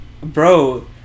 bro